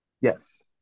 yes